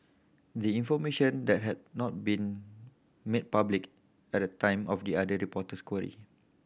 the information that had not been made public at the time of the other reporter's query